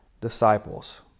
disciples